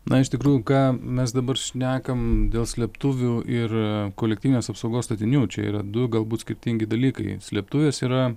na iš tikrųjų ką mes dabar šnekam dėl slėptuvių ir kolektyvinės apsaugos statinių čia yra du galbūt skirtingi dalykai slėptuvės yra